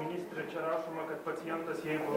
ministre čia rašoma kad pacientas jeigu